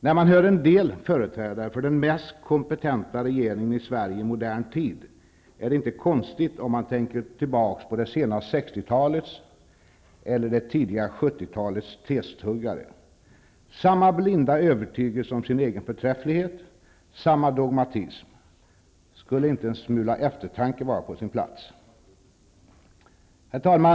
När man hör en del företrädare för ''den mest kompetenta regeringen i Sverige i modern tid'' är det inte konstigt om man tänker tillbaka på det sena 60-talets och det tidiga 70-talets testuggare. Det är samma blinda övertygelse om sin egen förträfflighet, samma dogmatism. Skulle inte en smula eftertanke vara på sin plats? Herr talman!